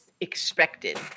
expected